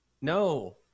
No